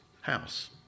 house